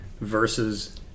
versus